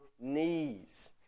knees